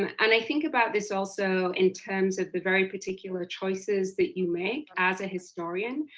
and i think about this also in terms of the very particular choices that you make as a historian,